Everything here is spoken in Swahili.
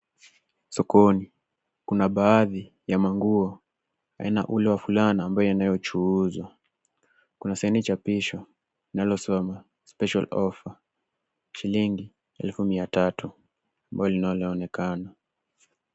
Sokoni kuna baadhi ya manguo, aina ule wa fulana ambayo yanayochuuzwa. Kuna saini chapishwa linalosoma special offer shillingi elfu 300,ambalo linaonekana.